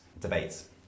debates